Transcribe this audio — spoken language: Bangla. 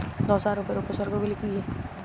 ধসা রোগের উপসর্গগুলি কি কি?